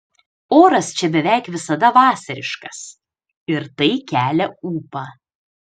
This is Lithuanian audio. oras čia beveik visada vasariškas ir tai kelia ūpą